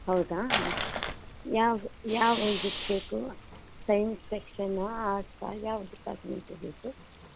ಹೌದಾ ಹಾಂ ಯಾವ್ದು ಯಾವ ಇದಕ್ಕೆ ಬೇಕು ಸೈನ್ಸ್ ಸೆಕ್ಷನ್ನಾ ಆರ್ಟ್ಸಾ ಯಾವ ಡಿಪಾರ್ಟ್ಮೆಂಟಿಗೆ ಬೇಕು